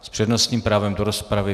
S přednostním právem do rozpravy.